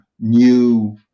new